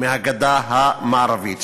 מהגדה המערבית.